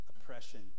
oppression